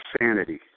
Insanity